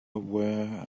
aware